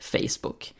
Facebook